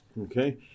Okay